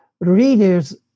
readers